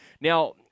Now